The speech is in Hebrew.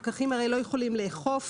הפקחים הרי לא יכולים לאכוף